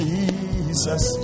Jesus